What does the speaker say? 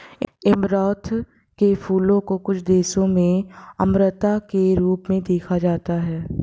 amaranth के फूलों को कुछ देशों में अमरता के रूप में देखा जाता है